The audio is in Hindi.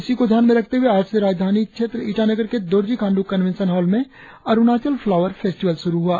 इसी को ध्यान में रखते हुए आज से राजधानी क्षेत्र ईटानगर के दोरजी खाण्डू कनवेंशन हॉल में अरुणाचल फ्लावर फेस्टिवल शुरु हुआ